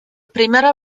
primera